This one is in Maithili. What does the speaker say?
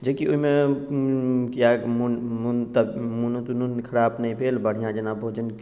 जेकि ओहिमे मोन मोनो तोनो नहि खराब नहि भेल बढ़िआँ जेना भोजन